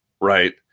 right